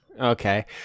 Okay